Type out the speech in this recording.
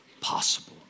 possible